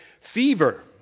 fever